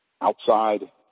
outside